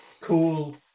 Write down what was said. cool